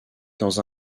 dans